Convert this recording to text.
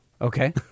Okay